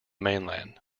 mainland